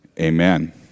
Amen